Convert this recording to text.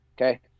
okay